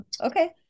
Okay